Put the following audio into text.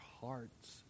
heart's